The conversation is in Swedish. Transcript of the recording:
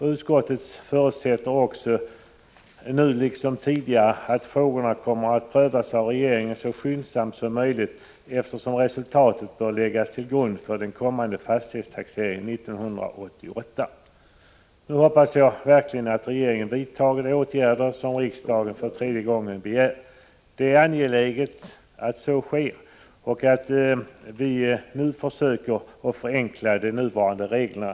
Utskottet förutsätter också, nu liksom tidigare, att frågorna kommer att prövas av regeringen så skyndsamt som möjligt, eftersom resultatet bör läggas till grund för den kommande fastighetstaxeringen 1988. Jag hoppas verkligen att regeringen vidtar de åtgärder som riksdagen för tredje gången begär. Det är angeläget att så sker och att vi nu försöker förenkla de gällande reglerna.